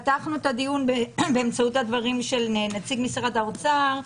פתחנו את הדיון בדברים של נציג משרד האוצר,